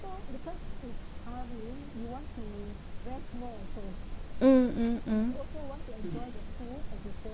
mm mm mm